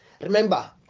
Remember